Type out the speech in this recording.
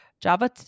Java